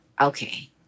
Okay